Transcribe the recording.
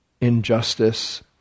injustice